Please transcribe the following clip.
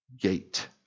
gate